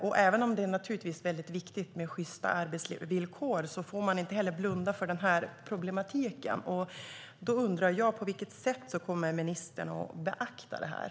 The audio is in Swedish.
Även om det naturligtvis är väldigt viktigt med sjysta arbetsvillkor får man inte heller blunda för den här problematiken. Jag undrar på vilket sätt ministern kommer att beakta detta.